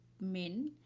men